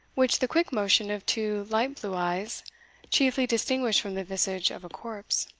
which the quick motion of two light-blue eyes chiefly distinguished from the visage of a corpse,